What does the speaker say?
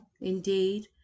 indeed